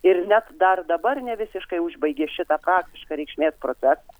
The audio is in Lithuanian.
ir net dar dabar ne visiškai užbaigė šitą praktišką reikšmės procesą